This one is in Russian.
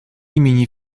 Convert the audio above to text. имени